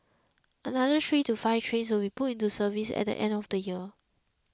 another three to five trains will put into service at end of the year